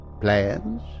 Plans